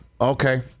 Okay